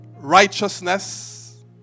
righteousness